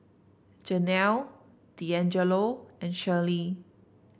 Janelle Deangelo and Sherrie